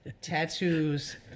tattoos